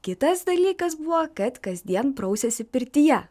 kitas dalykas buvo kad kasdien prausėsi pirtyje